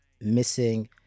missing